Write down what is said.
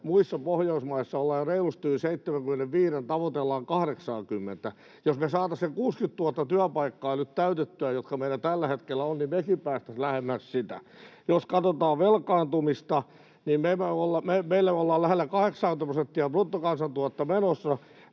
Muissa pohjoismaissa ollaan jo reilusti yli 75:n, tavoitellaan 80:tä. Jos me saataisiin ne 60 000 työpaikkaa nyt täytettyä, jotka meillä tällä hetkellä on, niin mekin päästäisiin lähemmäs sitä. Jos katsotaan velkaantumista, niin meillä ollaan lähellä 80:tä prosenttia bruttokansantuotteesta menossa.